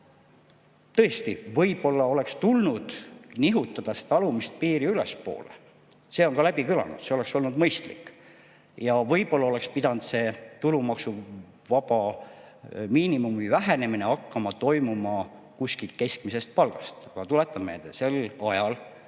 Tõesti, võib-olla oleks tulnud nihutada seda alumist piiri ülespoole – see on läbi kõlanud, see oleks olnud mõistlik. Ja võib-olla oleks pidanud tulumaksuvaba miinimumi vähenemine hakkama toimuma kuskilt keskmisest palgast, aga tuletan meelde, sel ajal